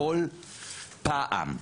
בכל פעם.